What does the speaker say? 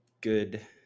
good